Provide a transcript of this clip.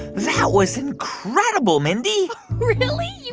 that was incredible, mindy really? you